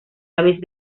aves